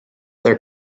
their